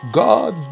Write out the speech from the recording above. god